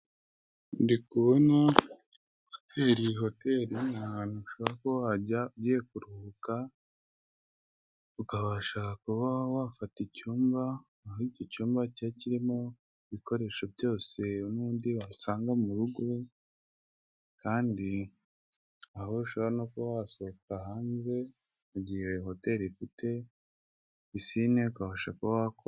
Ndikubona hoteli, hoteli ahantu ushobora kuba wajya ugiye kuruhuka, ukabasha kuba wafata icyumba muri icyo cyumba kiba kirimo ibikoresho byose n'ubundi wasanga mu rugo kandi aho ushobora no kuba wasohoka hanze mu gihe hoteli ifite pisine ukabasha kuba wakoga.